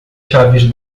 chaves